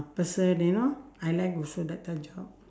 person you know I like also that type job